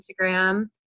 Instagram